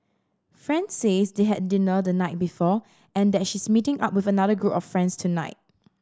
friend says they had dinner the night before and that she's meeting up with another group of friends tonight